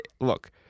Look